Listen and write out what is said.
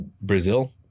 Brazil